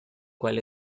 cual